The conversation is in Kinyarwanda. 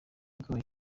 ubwoba